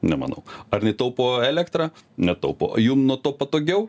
nemanau ar jinai taupo elektrą netaupo o jum nuo to patogiau